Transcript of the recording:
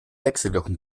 wechselwirkung